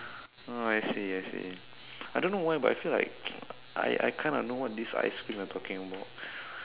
ah I see I see but I don't know why but I feel like I I kinda know what this ice cream you are talking about